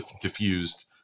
diffused